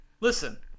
Listen